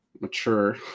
mature